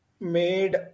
made